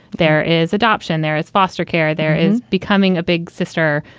there is adoption, there is foster care. there is becoming a big sister.